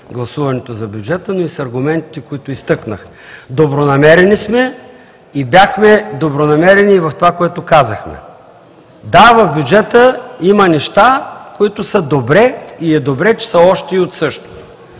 гласуването за бюджета, но и с аргументите, които изтъкнах. Добронамерени сме, бяхме добронамерени и в това, което казахме. Да, в бюджета има неща, които са добре, и е добре, че са „още и от същото“,